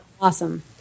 awesome